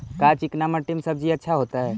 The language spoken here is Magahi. का चिकना मट्टी में सब्जी अच्छा होतै?